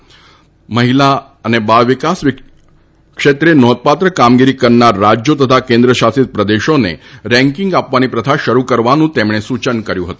તેમણે મહિલા અને બાળ વિકાસ ક્ષેત્રે નોંધપાત્ર કામગીરી કરનારા રાજયો તથા કેન્દ્રશાસિત પ્રદેશોને રેકીંગ આપવાની પ્રથા શરૂ કરવાનું સૂચન કર્યુ હતું